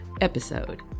episode